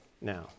now